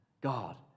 God